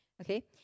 Okay